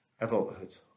adulthood